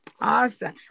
Awesome